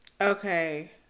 Okay